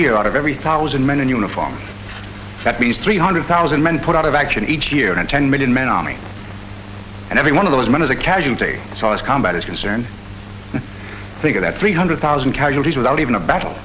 year out of every thousand men in uniform that means three hundred thousand men put out of action each year and ten million man army and every one of those men is a casualty so as combat is concern me think of that three hundred thousand casualties without even a battle